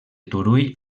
turull